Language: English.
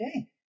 okay